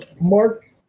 Mark